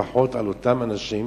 לפחות על אותם אנשים